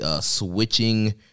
switching